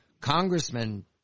Congressman